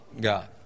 God